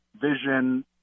vision